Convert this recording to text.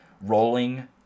rolling